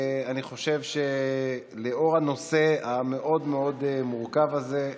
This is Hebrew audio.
אני חושב שלאור הנושא המאוד-מאוד מורכב הזה,